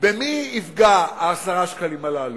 במי יפגעו ה-10 שקלים הללו?